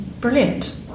Brilliant